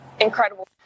incredible